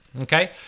Okay